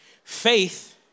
Faith